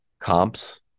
comps